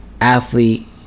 athlete